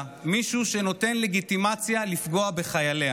מישהו שנותן לגיטימציה לפגוע בחייליה.